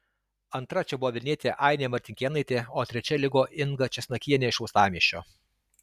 antra čia buvo vilnietė ainė martinkėnaitė o trečia liko inga česnakienė iš uostamiesčio